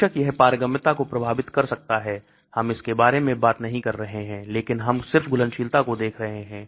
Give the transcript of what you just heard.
बेशक यह पारगम्यता को प्रभावित कर सकता है हम इसके बारे में बात नहीं कर रहे हैं लेकिन हम सिर्फ घुलनशीलता को देख रहे हैं